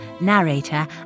narrator